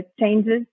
changes